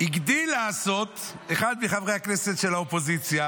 הגדיל לעשות אחד מחברי הכנסת של האופוזיציה